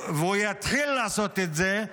והוא יתחיל לעשות את זה,